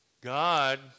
God